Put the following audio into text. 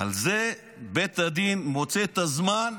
בזה בית הדין מוצא את הזמן